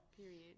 Period